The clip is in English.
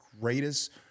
greatest